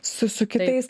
su su kitais